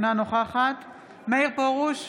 אינה נוכחת מאיר פרוש,